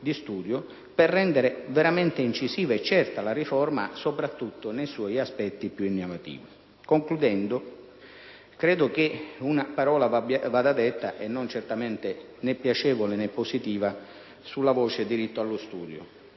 per rendere veramente incisiva e certa la riforma, soprattutto nei suoi aspetti più innovativi. Concludendo, credo che una parola vada detta, e certamente né piacevole né positiva, sulla voce «diritto allo studio»